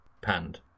Panned